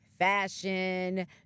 fashion